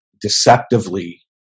deceptively